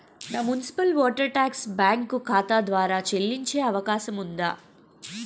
నా municipal water tax bank ఖాతా ద్వారా చెల్లించే అవకాశం ఉందా?